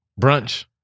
Brunch